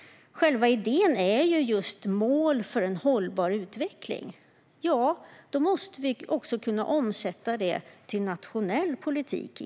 Själva idén är mål för en hållbar utveckling. Då måste vi också kunna omsätta detta till inte minst nationell politik.